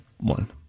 one